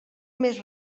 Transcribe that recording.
més